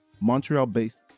Montreal-based